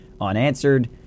unanswered